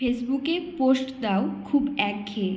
ফেসবুকে পোস্ট দাও খুব একঘেয়ে